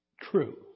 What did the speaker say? true